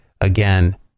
again